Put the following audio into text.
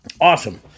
awesome